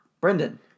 Brendan